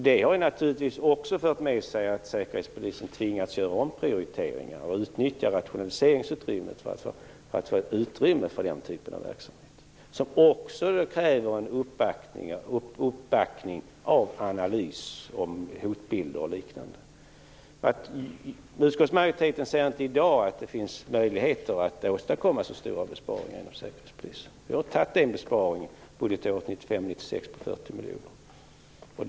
Det har naturligtvis fört med sig att Säkerhetspolisen tvingats göra omprioriteringar och utnyttja rationaliseringsutrymmet för att få utrymme för nämnda typ av verksamhet, som också kräver en uppbackning beträffande analyser av hotbilder o.d. Utskottsmajoriteten ser inte i dag att det finns möjligheter att åstadkomma så stora besparingar inom Säkerhetspolisen. Vi antog ju en besparing budgetåret 1995/96 på 40 miljoner kronor.